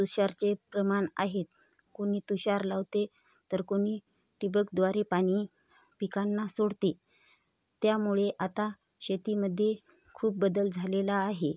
तुषारचे प्रमाण आहेत कोणी तुषार लावते तर कोणी ठिबकद्वारे पाणी पिकांना सोडते त्यामुळे आता शेतीमध्ये खूप बदल झालेला आहे